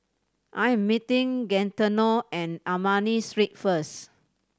I am meeting Gaetano and Ernani Street first